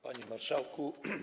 Panie Marszałku!